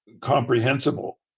comprehensible